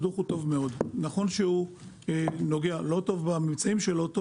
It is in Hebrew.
הוא טוב מאוד; לא טוב בממצאים שלו,